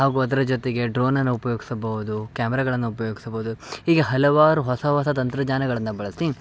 ಹಾಗೂ ಅದರ ಜೊತೆಗೆ ಡ್ರೋನನ್ನ ಉಪಯೋಗಿಸಬೌದು ಕ್ಯಾಮ್ರಗಳನ್ನು ಉಪಯೋಗಿಸಬೌದು ಹೀಗೆ ಹಲವಾರು ಹೊಸ ಹೊಸ ತಂತ್ರಜ್ಞಾಗಳನ್ನು ಬಳಸಿ